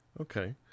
Okay